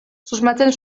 susmatzen